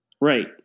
Right